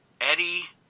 Eddie –